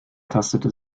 tastet